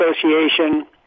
association